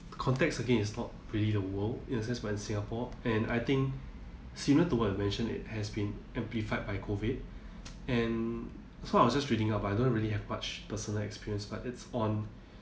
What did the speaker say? context again is not really the world in a sense we're in singapore and I think similar to what you've mentioned it has been amplified by COVID and so I was just reading up but I don't really have much personal experience but it's on